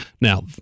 Now